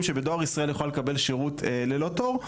שבדואר ישראל היא יכולה לקבל שירות ללא תור,